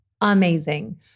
amazing